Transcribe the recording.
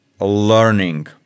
learning